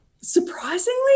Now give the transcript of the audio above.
Surprisingly